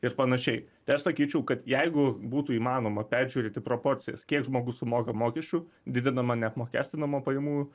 ir panašiai tai aš sakyčiau kad jeigu būtų įmanoma peržiūrėti proporcijas kiek žmogus sumoka mokesčių didinama neapmokestinamo pajamų